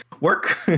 work